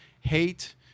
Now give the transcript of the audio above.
hate